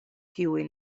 kiuj